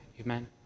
amen